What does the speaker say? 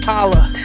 Holla